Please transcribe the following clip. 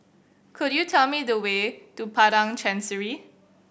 could you tell me the way to Padang Chancery